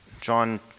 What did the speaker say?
John